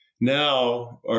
Now